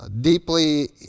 deeply